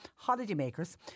holidaymakers